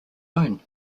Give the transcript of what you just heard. own